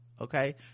Okay